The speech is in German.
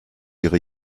ihre